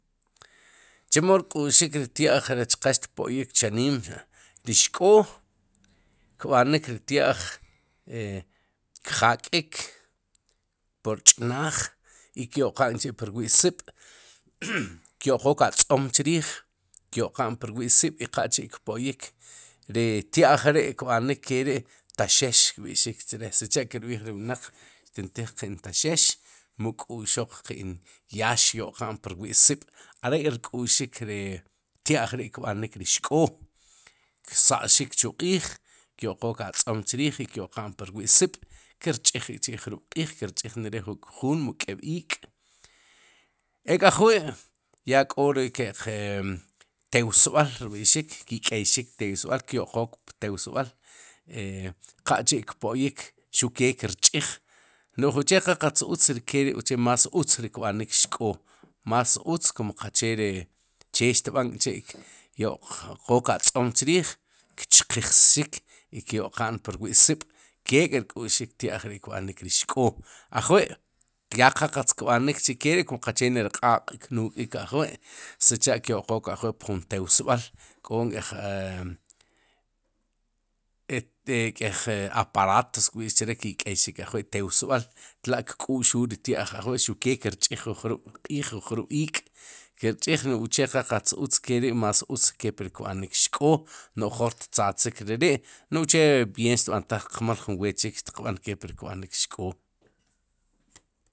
Chemo rk'uxik ri tya'j rech qa xtpo'yik chaniim, cha' ri xk'o kb'anik ri tya'j e kjak'iik, poch'maaj, i ky'oqa'chi' pi rwi'siib' kto'qook arz'om cha'chriij. kyo'qan pu rwi' siib' rech qak'chi' kpo'yik, ri tya'j ri' kb'anik keri' taxeex kb'i'xiik, chre'sicha' kb'iij ri wnaq xtintiij qe'n kaxeex, mu k'u'xa'n qen yaax xtyo'qa'n pu rwi' siib' are'k'xq'u'xiik, ri tya'j kb'anik ri xk'o, ksa'xik chu q'iij, kyo'qook atz'omm chriij, i kyo'qa'n pur wi' siib' i kirch'iij, kchi' ju jrub' q'iij, kirch'iij neri'juun mu k'eeb'iik' ek'ajwi' ya k'o ri ke'q e, tewsb'al kb'ixik ki'k'eyxik, ki' k'eixik tewsb'al kyo'qook, ptewsb'al, e qak'chi' kpo'yiik, xuq kee kirch'iij, n'o oche'qaqatz utz keri' uche' más utz ri kb'anik xk'o ma's utz che cheri xtb'ank'chi' kyo'qook atz'om chriij, kchjxik, i kyo'qa'n pur wi' siib' kék'rk'uxik tya'j ri' kb'anik, ri xk'oo ajwi' ya qa qatz kb'anik keri'kum qaqcheech ri q'aaq'qatz knuk'iik, sicha' kyo'qook ajwi' pu junn tewsb'al, k'onk éj e et aparato kb'i'x chre' ki'k'eyxik ajwi'tewsb'al, tla'kku'xuul ri tya' ajwi' xuqke kir ch'iij, jun jrub'q'iij o jun jruub'iik' kirch'iij no'uche'qal qatz utz keri'más utz kepli kb'anik xk'oo, n'oj joor ttzatzik re ri' no'j uche bieen xtb'antaj qmal jun weet chik, jun weet chiik kepli kb'aan xk'oo